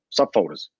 subfolders